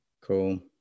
Cool